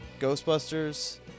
Ghostbusters